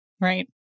Right